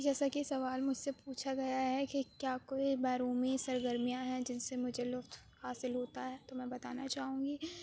جیسا کہ سوال مجھ سے پوچھا گیا ہے کہ کیا کوئی بیرونی سرگرمیاں ہیں جن سے مجھے لطف حاصل ہوتا ہے تو میں بتانا چاہوں گی کہ